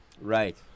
Right